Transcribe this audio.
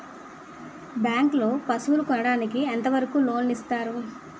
Bank లో పశువుల కొనడానికి ఎంత వరకు లోన్ లు ఇస్తారు?